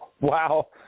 Wow